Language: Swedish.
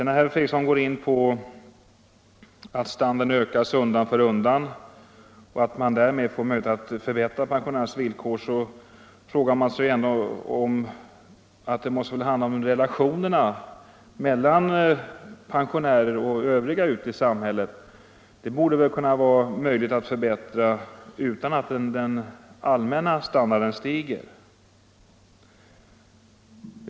När herr Fredriksson går in på att standarden ökar undan för undan och att man därmed får möjlighet att förbättra pensionärernas villkor frågar man sig ändå om det inte måste handla om relationerna mellan pensionärer och övriga människor i samhället. Det borde kunna vara möjligt att förbättra för pensionärerna utan att den allmänna standarden stiger.